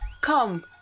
Come